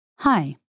Hi